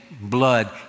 blood